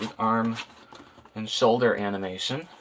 arm and shoulder animation.